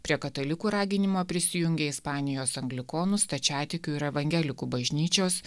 prie katalikų raginimo prisijungė ispanijos anglikonų stačiatikių ir evangelikų bažnyčios